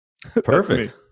perfect